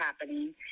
happening